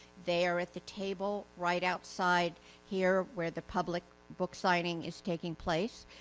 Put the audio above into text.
they are at the table right outside here where the public book signing is taking place.